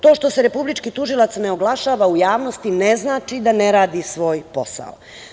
To što se Republički tužilac ne oglašava u javnosti ne znači da ne radi svoj posao.